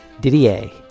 didier